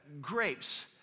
grapes